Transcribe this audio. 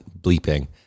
bleeping